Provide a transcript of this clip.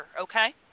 okay